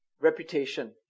reputation